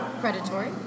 predatory